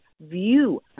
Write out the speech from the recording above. view